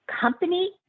company